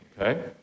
okay